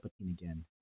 again